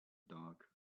dark